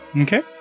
Okay